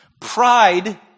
Pride